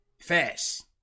Fast